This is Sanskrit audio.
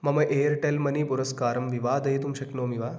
मम एर्टेल् मनी पुरस्कारं विवादयितुं शक्नोमि वा